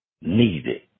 needed